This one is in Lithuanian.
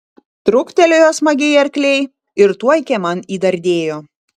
truktelėjo smagiai arkliai ir tuoj kieman įdardėjo